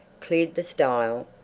cleared the stile,